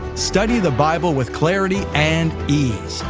study the bible with clarity and ease.